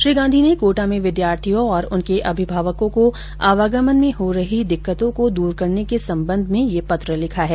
श्री गांधी ने कोटा में विद्यार्थियों और उनके अभिभावकों को आवागमन में हो रही दिक्कतों का दूर करने के संबंध में ये पत्र लिखा है